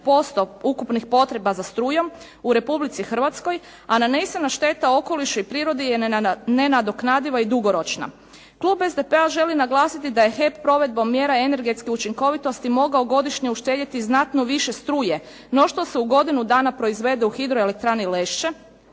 od 1% ukupnih potreba za strujom u Republici Hrvatskoj a nanesena šteta okolišu i prirodi je nenadoknadiva i dugoročna. Klub SDP-a želi naglasiti da je HEP provedbom mjera energetske učinkovitosti mogao godišnje uštedjeti znatno više struje no što se u godinu dana proizvede u Hidroelektrani Lešće